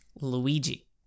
Luigi